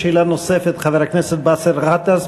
שאלה נוספת לחבר הכנסת באסל גטאס.